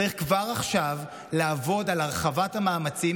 צריך כבר עכשיו לעבוד על הרחבת המאמצים